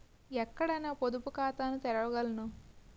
ఎక్కడ నా పొదుపు ఖాతాను తెరవగలను?